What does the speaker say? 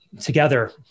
together